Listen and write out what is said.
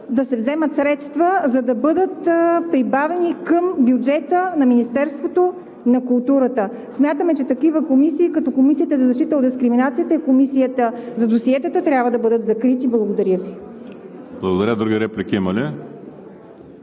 да се вземат средства, за да бъдат прибавени към бюджета на Министерството на културата. Смятаме, че такива комисии, като Комисията за защита от дискриминацията и Комисията за досиетата, трябва да бъдат закрити. Благодаря Ви. ПРЕДСЕДАТЕЛ ВАЛЕРИ